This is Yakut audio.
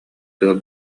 тыал